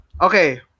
Okay